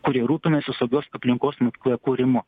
kuri rūpinasi saugios aplinkos mokykloje kūrimu